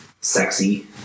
sexy